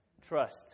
Trust